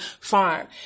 farm